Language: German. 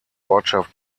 ortschaft